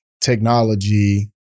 technology